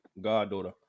goddaughter